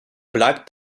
bleibt